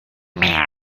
mehr